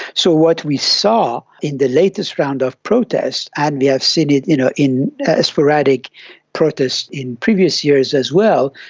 so what we saw in the latest round of protests and we have seen it in ah in sporadic protests in previous years as well,